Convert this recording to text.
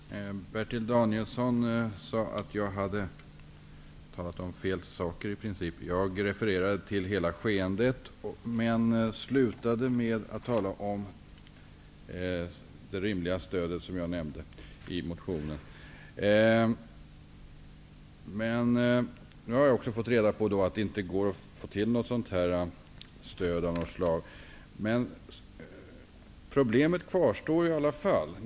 Herr talman! Bertil Danielsson sade att jag hade talat om fel saker. Jag refererade till hela skeendet, men slutade med att tala om det rimliga stöd som jag nämnde i motionen. Nu har jag fått reda på att det inte går att ordna något sådant stöd. Problemet kvarstår ju ändå.